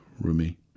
Rumi